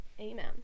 Amen